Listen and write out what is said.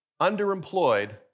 underemployed